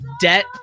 debt